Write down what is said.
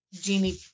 Genie